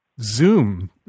Zoom